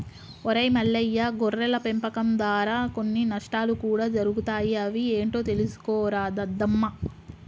ఒరై మల్లయ్య గొర్రెల పెంపకం దారా కొన్ని నష్టాలు కూడా జరుగుతాయి అవి ఏంటో తెలుసుకోరా దద్దమ్మ